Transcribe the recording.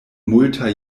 multaj